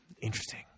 Interesting